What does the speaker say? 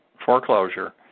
foreclosure